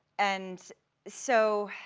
and so,